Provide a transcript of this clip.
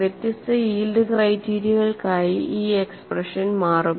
വ്യത്യസ്ത യീൽഡ് ക്രൈറ്റീരിയകൾക്കായി ഈ എക്സ്പ്രഷൻ മാറും